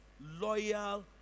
loyal